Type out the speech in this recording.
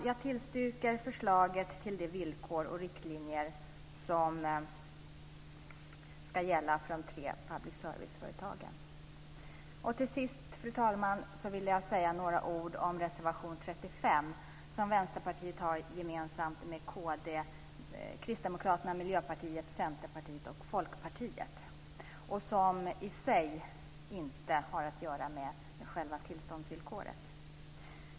Jag tillstyrker förslaget till de villkor och riktlinjer som ska gälla för de tre public service-företagen. Fru talman! Till sist vill jag säga några ord om reservation 35 som Vänsterpartiet har gemensamt med Folkpartiet och som i sig inte har att göra med själva tillståndsvillkoret.